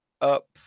up